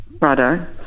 Righto